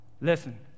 Listen